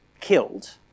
killed